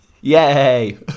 Yay